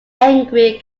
angry